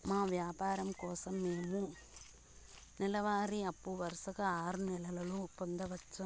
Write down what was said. మా వ్యాపారం కోసం మేము నెల వారి అప్పు వరుసగా ఆరు నెలలు పొందొచ్చా?